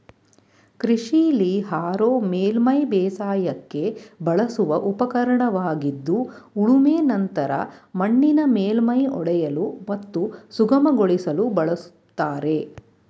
ಕೃಷಿಲಿ ಹಾರೋ ಮೇಲ್ಮೈ ಬೇಸಾಯಕ್ಕೆ ಬಳಸುವ ಉಪಕರಣವಾಗಿದ್ದು ಉಳುಮೆ ನಂತರ ಮಣ್ಣಿನ ಮೇಲ್ಮೈ ಒಡೆಯಲು ಮತ್ತು ಸುಗಮಗೊಳಿಸಲು ಬಳಸ್ತಾರೆ